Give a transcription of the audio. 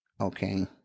Okay